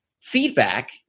feedback